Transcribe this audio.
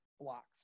blocks